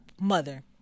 mother